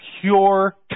pure